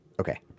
Okay